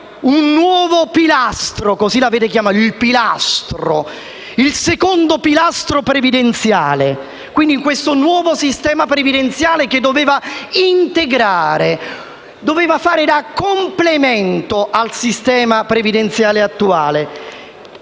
un nuovo pilastro. Così lo avete chiamato: il pilastro, il secondo pilastro previdenziale, un nuovo sistema previdenziale che doveva integrare, fare da complemento al sistema previdenziale esistente.